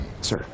sir